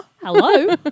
Hello